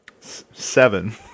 seven